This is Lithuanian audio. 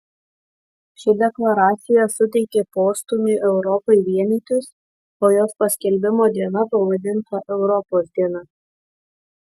ši deklaracija suteikė postūmį europai vienytis o jos paskelbimo diena pavadinta europos diena